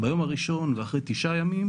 ביום הראשון ואחרי תשעה ימים